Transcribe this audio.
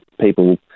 people